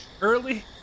early